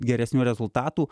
geresnių rezultatų